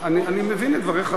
אני מבין את דבריך,